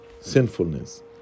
sinfulness